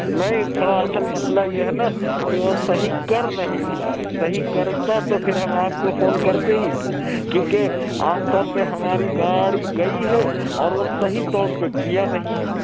نہیں تھوڑا اصل مسئلہ یہ ہے نا کہ وہ صحیح کر نہیں رہا ہے صحیح کرتا تو پھر ہم آپ کو فون کرتے ہی کیوں کیوں کہ عام طور پہ ہماری گاڑی گئی ہے اور وہ صحیح طور پہ کیا نہیں ہے